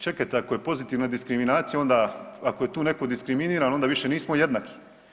Čekajte, ako je pozitivna diskriminaciju onda ako je tu neko diskriminiran onda više nismo jednaki.